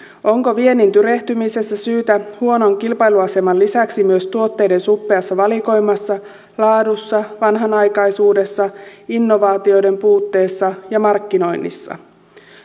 onko viennin tyrehtymiseen syytä huonon kilpailuaseman lisäksi myös tuotteiden suppeassa valikoimassa laadussa ja vanhanaikaisuudessa innovaatioiden puutteessa ja markkinoinnissa